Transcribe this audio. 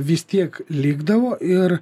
vis tiek likdavo ir